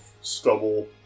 stubble